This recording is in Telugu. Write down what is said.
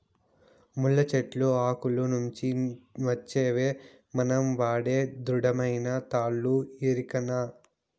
ముళ్ళ చెట్లు ఆకుల నుంచి వచ్చేవే మనం వాడే దృఢమైన తాళ్ళు ఎరికనా